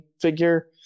figure